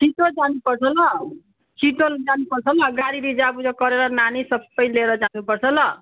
छिटो जानु पर्छ ल छिटो जानु पर्छ ल गाडी रिजर्भ गरेर नानी सब लिएर जानु पर्छ ल